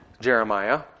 Jeremiah